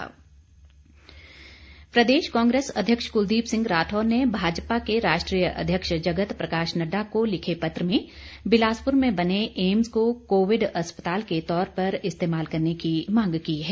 राठौर प्रदेश कांग्रेस अध्यक्ष क्लदीप सिंह राठौर ने भाजपा के राष्ट्रीय अध्यक्ष जगत प्रकाश नड्डा को लिखे पत्र में बिलासपुर में बने एम्स को कोविड अस्पताल के तौर पर इस्तेमाल करने की मांग की है